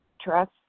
trust